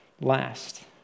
last